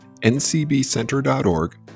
ncbcenter.org